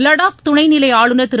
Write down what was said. லடாக் துணைநிலை ஆளுநர் திரு